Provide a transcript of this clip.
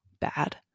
bad